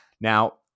Now